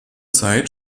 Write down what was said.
zeit